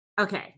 Okay